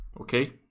okay